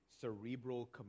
cerebral